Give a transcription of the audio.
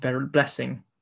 blessing